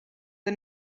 the